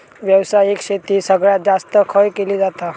व्यावसायिक शेती सगळ्यात जास्त खय केली जाता?